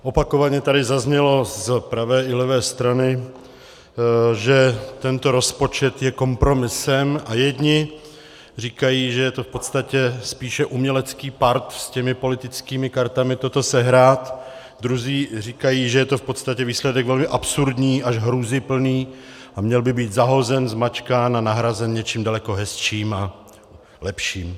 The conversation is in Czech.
Opakovaně tady zaznělo z pravé i levé strany, že tento rozpočet je kompromisem, a jedni říkají, že je to v podstatě spíše umělecký part s těmi politickými kartami toto sehrát, druzí říkají, že je to v podstatě výsledek velmi absurdní až hrůzyplný a měl by být zahozen, zmačkán a nahrazen něčím daleko hezčím a lepším.